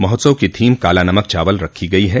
महोत्सव की थीम काला नमक चावल रखी गई है